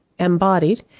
embodied